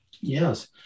Yes